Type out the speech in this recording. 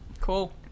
Cool